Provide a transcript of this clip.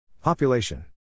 Population